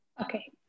Okay